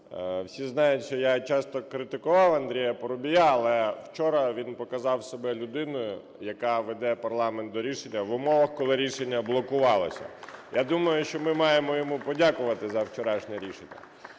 Всі знають, що я часто критикував Андрія Парубія, але вчора він показав себе людиною, яка веде парламент до рішення в умовах, коли рішення блокувалося. Я думаю, що ми маємо йому подякувати за вчорашнє рішення.